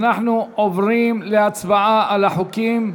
אנחנו עוברים להצבעה על החוקים.